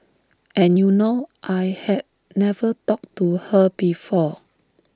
and you know I had never talked to her before